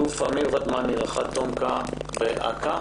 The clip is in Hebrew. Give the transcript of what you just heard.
תת אלוף אמיר ודמני, רח"ט תומכ"א באכ"א,